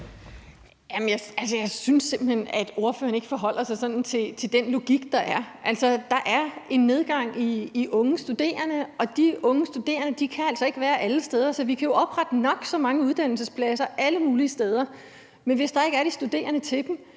Jeg synes simpelt hen ikke, at ordføreren forholder sig til den logik, der er. Der er en nedgang i antallet af unge studerende, og de unge studerende kan altså ikke være alle steder. Så vi kan jo oprette nok så mange uddannelsespladser alle mulige steder, men hvis der ikke er nok studerende til dem,